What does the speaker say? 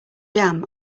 jam